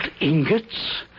ingots